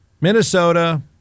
Minnesota